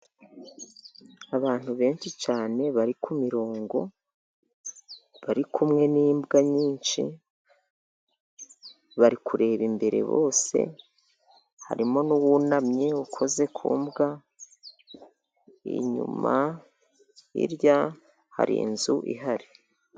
Abantu benshi cyane, bari ku mironko bari kumwe n' imbwa nyinshi, bari kureba imbere bose, harimo n' uwunamye, ukoze ku mbwa inyuma hirya hari inzu ihari.